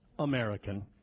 American